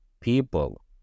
people